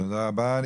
תודה רבה.